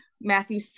Matthew